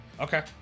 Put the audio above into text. Okay